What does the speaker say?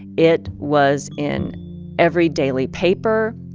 it was in every daily paper.